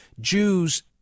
jews